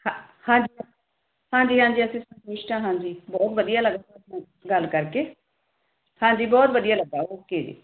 ਹਾ ਹਾਂਜੀ ਹਾਂਜੀ ਹਾਂਜੀ ਅਸੀਂ ਸੰਤੁਸ਼ਟ ਹਾਂ ਹਾਂਜੀ ਬਹੁਤ ਵਧੀਆ ਲੱਗਦਾ ਗੱਲ ਕਰਕੇ ਹਾਂਜੀ ਬਹੁਤ ਵਧੀਆ ਲੱਗਿਆ ਓਕੇ